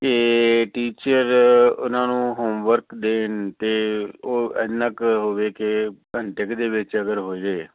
ਕਿ ਟੀਚਰ ਉਹਨਾਂ ਨੂੰ ਹੋਮਵਰਕ ਦੇਣ ਅਤੇ ਉਹ ਇੰਨਾ ਕੁ ਹੋਵੇ ਕਿ ਘੰਟੇ ਕੁ ਦੇ ਵਿੱਚ ਅਗਰ ਹੋ ਜਾਏ